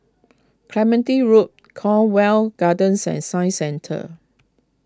Clementi Loop Cornwall Gardens and Science Centre